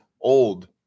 old